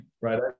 Right